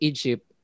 Egypt